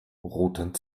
roten